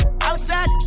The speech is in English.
Outside